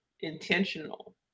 intentional